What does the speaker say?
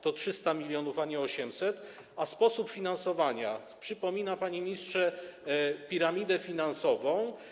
To 300 mln, a nie 800 mln, a sposób finansowania przypomina, panie ministrze, piramidę finansową.